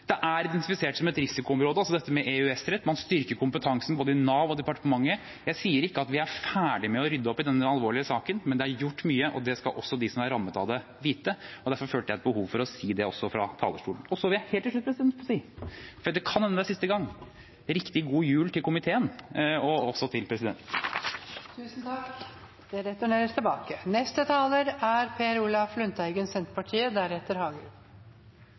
er identifisert som et risikoområde. Man styrker kompetansen både i Nav og i departementet. Jeg sier ikke at vi er ferdige med å rydde opp i denne alvorlige saken, men det er gjort mye, og det skal også de som er rammet av det, vite. Derfor følte jeg et behov for å si det også fra talerstolen. Så vil jeg helt til slutt – for det kan hende det er siste gang – si riktig god jul til komiteen og også til presidenten! Tusen takk!